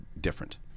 different